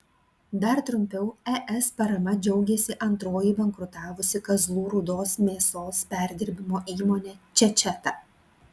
dar trumpiau es parama džiaugėsi antroji bankrutavusi kazlų rūdos mėsos perdirbimo įmonė čečeta